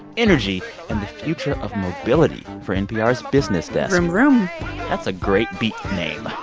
energy and the future of mobility for npr's business desk vroom, vroom that's a great beat name